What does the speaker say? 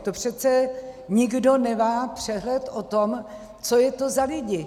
To přece nikdo nemá přehled o tom, co je to za lidi.